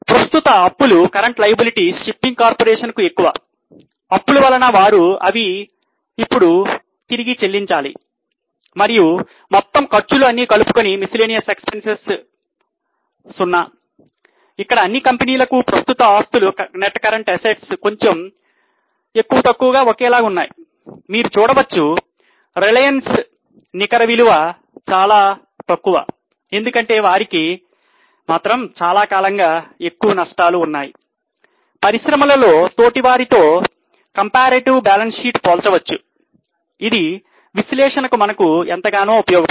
ప్రస్తుత అప్పులు పోల్చవచ్చు అది విశ్లేషణకు మనకు ఎంతగానో ఉపయోగపడుతుంది